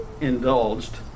indulged